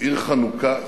עיר חנוקה,